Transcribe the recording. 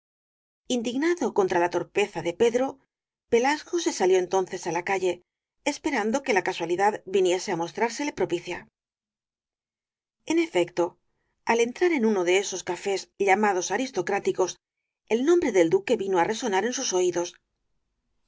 indignado contra la torpeza de pedro pelasgo se salió entonces á la calle esperando que la casualidad viniese á mostrársele propicia en efecto al entrar en uno de esos cafés llamados aristocráticos el nombre del duque vino á resonar en sus oídos